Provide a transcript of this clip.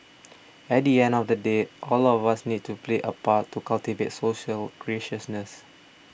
at the end of the day all of us need to play a part to cultivate social graciousness